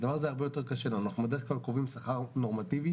זה קשור למבנה